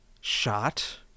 shot